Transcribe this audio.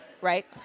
right